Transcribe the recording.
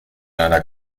einer